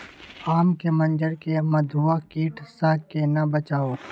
आम के मंजर के मधुआ कीट स केना बचाऊ?